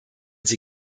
sie